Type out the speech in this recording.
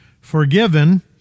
forgiven